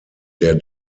der